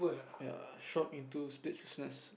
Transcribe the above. ya shop into big business